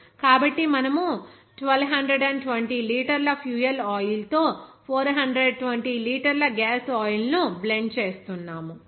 కాబట్టి మనము 1220 లీటర్ల ఫ్యూయల్ ఆయిల్ తో 420 లీటర్ల గ్యాస్ ఆయిల్ ను బ్లెండ్ చేస్తున్నాము